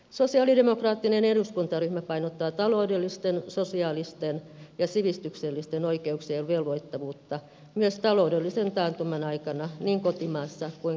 sosialidemokraattinen eduskuntaryhmä painottaa taloudellisten sosiaalisten ja sivistyksellisten oikeuksien velvoittavuutta myös taloudellisen taantuman aikana niin kotimaassa kuin kansainvälises ti